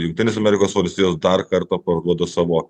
jungtinės amerikos valstijos dar kartą parduodu savo